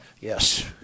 Yes